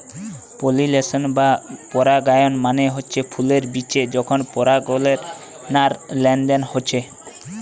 pollination বা পরাগায়ন মানে হচ্ছে ফুলের বিচে যখন পরাগলেনার লেনদেন হচ্ছে